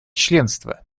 членства